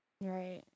Right